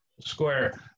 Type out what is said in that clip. square